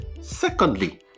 secondly